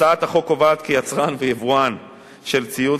הצעת החוק קובעת כי יצרן ויבואן של ציוד